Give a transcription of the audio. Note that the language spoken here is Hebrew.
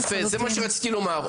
זה מה שרציתי לומר.